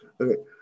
Okay